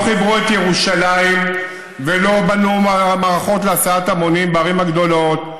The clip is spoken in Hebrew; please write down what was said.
לא חיברו את ירושלים ולא בנו מערכות להסעת המונים בערים הגדולות,